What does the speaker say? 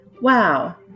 Wow